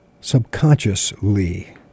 Subconsciously